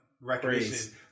recognition